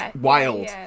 wild